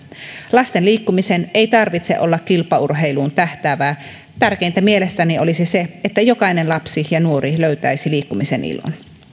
lasten liikkumisen ei tarvitse olla kilpaurheiluun tähtäävää tärkeintä mielestäni olisi se että jokainen lapsi ja nuori löytäisi liikkumisen ilon